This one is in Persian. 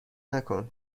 نکن